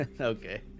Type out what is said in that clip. Okay